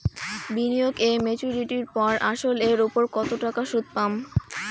বিনিয়োগ এ মেচুরিটির পর আসল এর উপর কতো টাকা সুদ পাম?